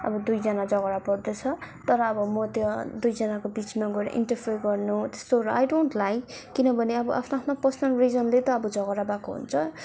अब दुईजना झगडा पर्दैछ तर अब म त्यहाँ दुईजनाको बिचमा गएर इन्टरफेयर गर्नु त्यस्तो आइ डन्ट लाइक किनभने आफ्नो आफ्नो पर्सनल रिजनले त अब झगडा भएको हुन्छ